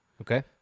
Okay